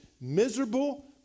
miserable